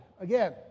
Again